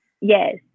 yes